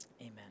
amen